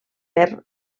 per